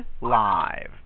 live